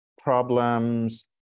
problems